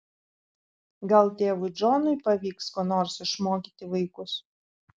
gal tėvui džonui pavyks ko nors išmokyti vaikus